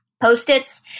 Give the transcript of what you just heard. post-its